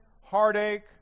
heartache